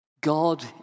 God